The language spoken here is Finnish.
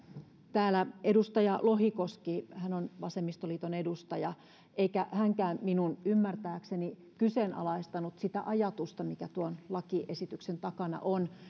täällä puhui edustaja lohikoski hän on vasemmistoliiton edustaja eikä hänkään minun ymmärtääkseni kyseenalaistanut sitä ajatusta mikä tuon lakiesityksen takana on